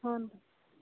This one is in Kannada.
ಹ್ಞೂ ರಿ